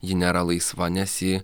ji nėra laisva nes ji